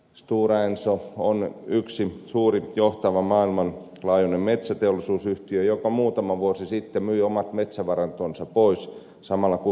stora enso on yksi suuri johtava maailmanlaajuinen metsäteollisuusyhtiö joka muutama vuosi sitten myi ovat metsävarantonsa pois samalla kun voimalaitokset